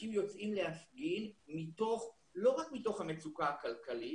אנשים יוצאים להפגין לא רק מתוך המצוקה הכלכלית,